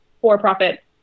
for-profit